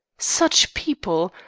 such people!